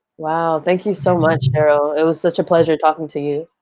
wow, thank you so much cheryl. it was such a pleasure talking to you.